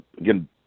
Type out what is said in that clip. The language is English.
again